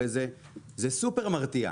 הרי זה סופר מרתיע.